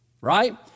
right